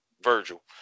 Virgil